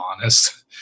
honest